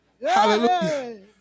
Hallelujah